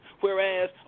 Whereas